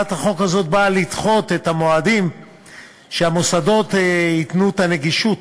הצעת החוק הזאת באה לדחות למוסדות את המועדים של הסדרת הנגישות